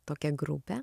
tokią grupę